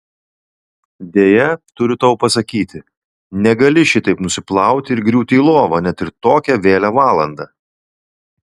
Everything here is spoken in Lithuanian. deja turiu tau pasakyti negali šitaip nusiplauti ir griūti į lovą net ir tokią vėlią valandą